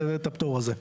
את הפטור הזה.